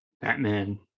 Batman